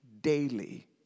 daily